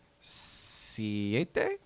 siete